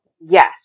Yes